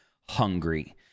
hungry